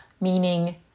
Meaning